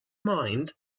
mind